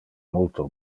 multo